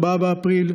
4 באפריל,